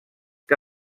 que